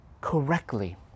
correctly